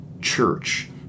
church